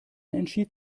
entschied